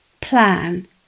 plan